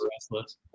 restless